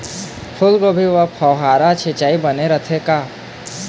फूलगोभी बर फव्वारा सिचाई बने रथे का?